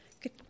Good